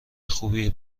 خوبی